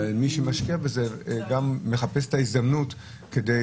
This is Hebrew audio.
ומי שמשקיע בזה גם מחפש את ההזדמנות כדי